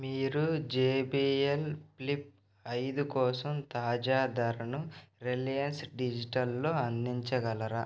మీరు J B L Flip ఐదు కోసం తాజా ధరను రిలయన్స్ డిజిటల్లో అందించగలరా